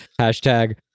Hashtag